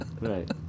Right